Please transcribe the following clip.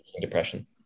depression